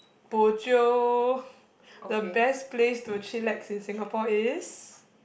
bo jio the best place to chillax in Singapore is